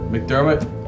McDermott